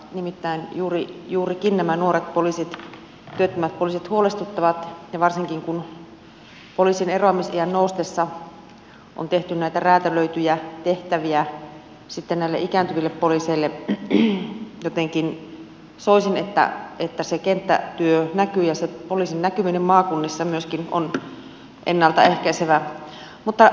nimittäin juurikin nämä nuoret työttömät poliisit huolestuttavat ja varsinkin kun poliisin eroamisiän noustessa on tehty näitä räätälöityjä tehtäviä sitten näille ikääntyville poliiseille jotenkin soisin että se kenttätyö näkyy ja poliisin näkyminen maakunnissa on myöskin ennalta ehkäisevää